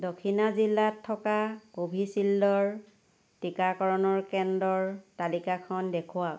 দক্ষিণা জিলাত থকা কোভিচিল্ডৰ টীকাকৰণৰ কেন্দ্ৰৰ তালিকাখন দেখুৱাওঁক